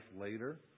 later